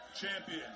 champion